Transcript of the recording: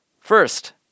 First